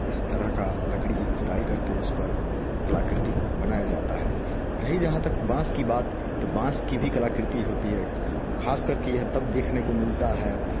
इस तरह का लकड़ी की खुदाई करके उस पर कलाकृति बनाया जाता है रही यहाँ तक बाँस की बात तो बाँस की भी कलाकृति होती है खासकर कि यह तब देखने को मिलता है